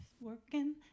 Working